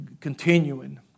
continuing